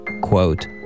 Quote